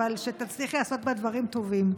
אבל שתצליחי לעשות בה דברים טובים.